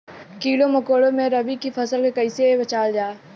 कीड़ों मकोड़ों से रबी की फसल के कइसे बचावल जा?